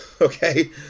okay